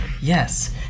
Yes